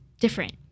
different